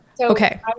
Okay